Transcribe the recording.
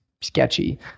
sketchy